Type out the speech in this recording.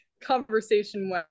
conversation